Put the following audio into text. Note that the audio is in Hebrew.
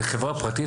זה חברה פרטית?